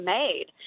made